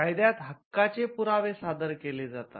कायद्यात हक्काचे पुरावे सादर केले जातात